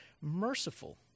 merciful